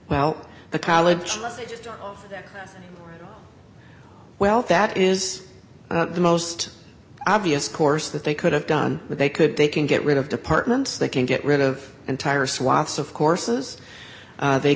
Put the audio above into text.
well the college well that is the most obvious course that they could have done but they could they can get rid of departments they can get rid of entire swaths of courses they